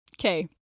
okay